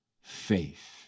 faith